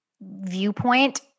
viewpoint